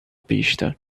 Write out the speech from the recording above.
pista